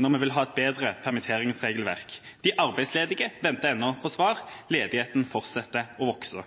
når vi vil ha et bedre permitteringsregelverk. De arbeidsledige venter ennå på svar. Ledigheten fortsetter å vokse.